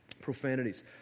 Profanities